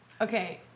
Okay